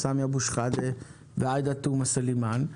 סמי אבו שחאדה ועאידה תומא סלימאן.